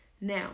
Now